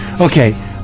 Okay